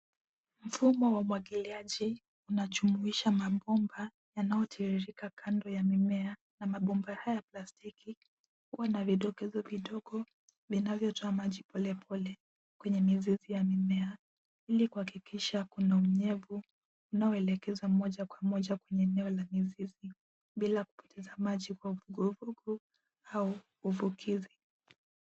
Mfumo wa umwagiliaji unajumuisha mabomba yanayotiririka kando ya mimea na mabomba haya ya plastiki huwa na vidokezo vidogo vinavyotoa maji polepole kwenye mizizi ya mimea ili kuhakikisha kuna unyevu unaoelekezwa moja kwa moja kwenye eneo la mizizi bila kupoteza maji kwa vuguvugu au uvukizi.